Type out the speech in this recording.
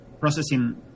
processing